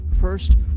First